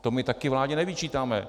To my taky vládě nevyčítáme.